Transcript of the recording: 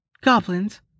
Goblins